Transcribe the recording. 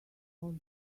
all